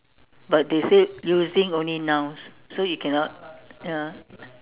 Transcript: but they say using only nouns so you cannot ya